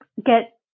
get